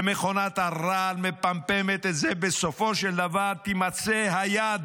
ומכונת הרעל מפמפמת את זה, בסופו של דבר תימצא היד